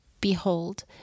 behold